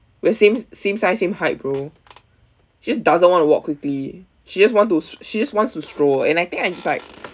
we're same same size same height bro she just doesn't want to walk quickly she just want to s~ she just wants to stroll and I think I just like